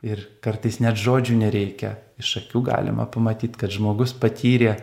ir kartais net žodžių nereikia iš akių galima pamatyt kad žmogus patyrė